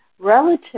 relative